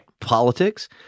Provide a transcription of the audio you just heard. politics